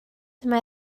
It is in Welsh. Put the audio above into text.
mae